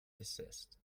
desist